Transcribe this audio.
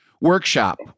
workshop